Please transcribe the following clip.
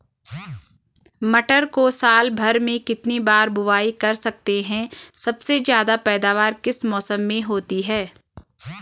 मटर को साल भर में कितनी बार बुआई कर सकते हैं सबसे ज़्यादा पैदावार किस मौसम में होती है?